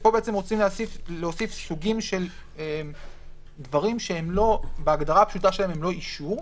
ופה רוצים להוסיף סוגים של דברים שבהגדרה הפשוטה שלהם הם לא אישור,